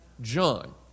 John